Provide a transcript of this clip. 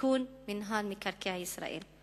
לתיקון חוק מינהל מקרקעי ישראל.